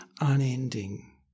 unending